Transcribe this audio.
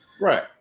right